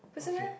不是 meh